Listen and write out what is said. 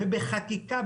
ובחקיקה,